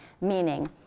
meaning